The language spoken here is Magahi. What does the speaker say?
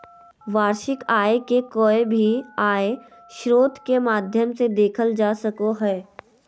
वार्षिक आय के कोय भी आय स्रोत के माध्यम से देखल जा सको हय